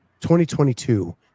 2022